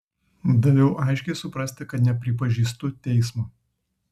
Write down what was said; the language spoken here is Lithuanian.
daviau aiškiai suprasti kad nepripažįstu teismo